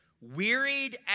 wearied